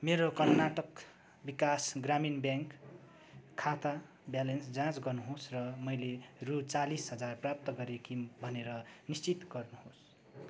मेरो कर्नाटक विकास ग्रामीण ब्याङ्क खाता ब्यालेन्स जाँच गर्नुहोस् र मैले रु चालीस हजार प्राप्त गरेँ कि भनेर निश्चित गर्नुहोस्